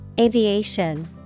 Aviation